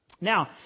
Now